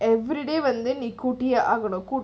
everyday வந்துநீகூட்டியேஆகணும்: vandhu ni kidiye aganum